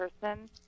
person